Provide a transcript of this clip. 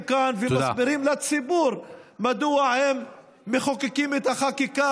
כאן ומסבירים לציבור מדוע הם מחוקקים את החקיקה